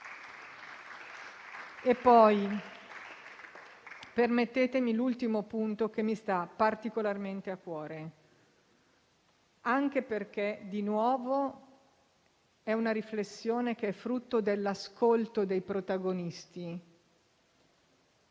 Permettetemi un ultimo punto che mi sta particolarmente a cuore anche perché, di nuovo, è una riflessione frutto dell'ascolto dei protagonisti.